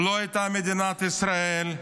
לא הייתה מדינת ישראל,